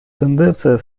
тенденция